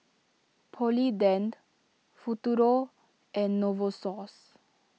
Polident Futuro and Novosource